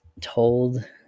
told